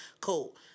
Cool